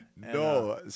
No